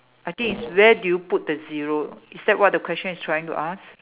I think is where do you put the zero is that what the question is trying to ask